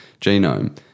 genome